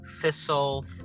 thistle